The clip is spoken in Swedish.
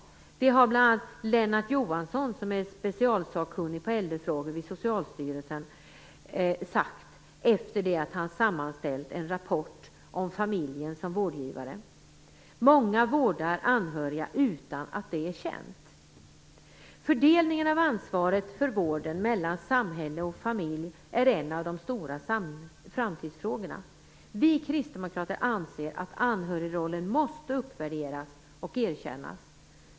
Det har bl.a. Lennart Johansson, som är specialsakkunnige i äldrefrågor vid Socialstyrelsen, sagt efter det att han sammanställt en rapport om familjen som vårdgivare. Många vårdar anhöriga utan att det är känt. Fördelningen av ansvaret för vården mellan samhälle och familj är en av de stora framtidsfrågorna. Vi kristdemokrater anser att anhörigrollen måste uppvärderas och erkännas.